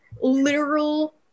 literal